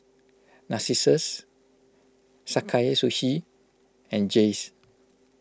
Narcissus Sakae Sushi and Jays